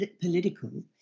political